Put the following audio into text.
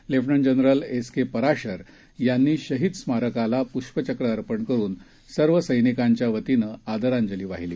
lieutenant general S K Parashar यांनी शहीद स्मारकाला प्ष्पचक्र अर्पण करुन सर्व सैनिकांच्या वतीनं आदरांजली वाहिली